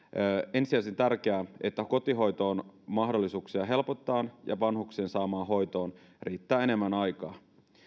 ensisijaisen tärkeää että kotihoidon mahdollisuuksia helpotetaan ja vanhuksen saamaan hoitoon riittää enemmän aikaa